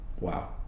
Wow